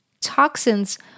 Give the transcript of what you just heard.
Toxins